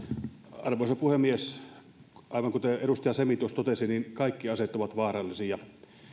arvoisa puhemies aivan kuten edustaja semi tuossa totesi kaikki aseet ovat vaarallisia